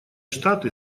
штаты